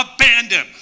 abandon